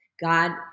God